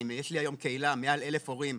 יש לי היום קהילה מעל 1,000 הורים,